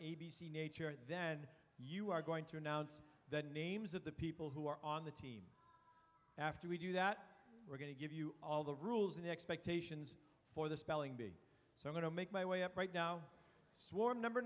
c nature then you are going to announce the names of the people who are on the team after we do that we're going to give you all the rules and expectations for the spelling bee so i'm going to make my way up right now swarm number